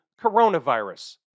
coronavirus